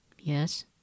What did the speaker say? Yes